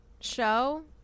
show